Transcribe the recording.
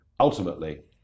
Ultimately